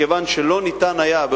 מכיוון שלא היה אפשר,